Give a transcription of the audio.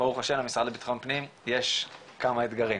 ברוך השם למשרד לביטחון פנים יש כמה אתגרים.